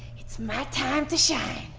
it's my time to shine!